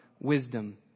wisdom